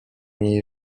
jej